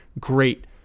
great